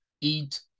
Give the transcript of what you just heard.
eat